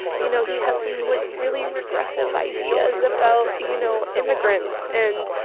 you know, he has some, like, really regressive ideas about, you know, immigrants. and